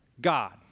God